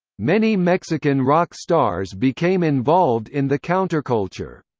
many mexican rock stars became involved in the counterculture.